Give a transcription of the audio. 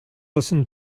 listen